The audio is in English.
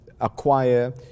acquire